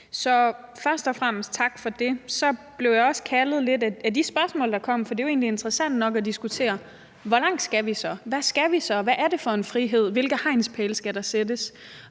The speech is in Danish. Så først og fremmest tak for det. Så blev jeg også lidt kaldet af de spørgsmål, der kom, for det er jo interessant nok at diskutere, hvor langt vi så skal, hvad vi så skal, hvad det er for en frihed, og hvilke hegnspæle der skal sættes.